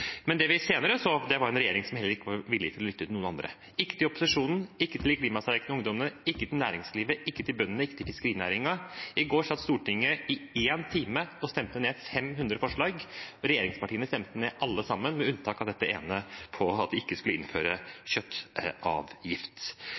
Det vi senere så, var en regjering som heller ikke var villig til å lytte til noen andre – ikke til opposisjonen, ikke til de klimastreikende ungdommene, ikke til næringslivet, ikke til bøndene, ikke til fiskerinæringen. I går satt Stortinget i én time og stemte ned 500 forslag. Regjeringspartiene stemte ned alle sammen, med unntak av det ene om at man ikke skulle innføre